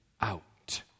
out